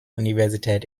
universität